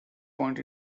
point